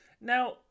now